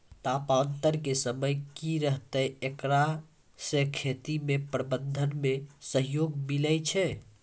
तापान्तर के समय की रहतै एकरा से खेती के प्रबंधन मे सहयोग मिलैय छैय?